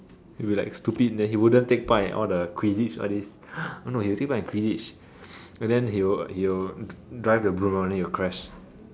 you like stupid that he wouldn't take part in all the quidditch all this oh no he got take part in quidditch but then he will he will drive the broom hor then he will crash